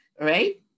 right